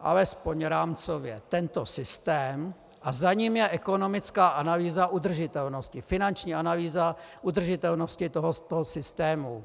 alespoň rámcově tento systém a za ním je ekonomická analýza udržitelnosti, finanční analýza udržitelnosti toho systému.